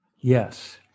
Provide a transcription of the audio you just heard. Yes